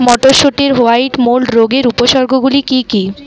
মটরশুটির white mould রোগের উপসর্গগুলি কী কী?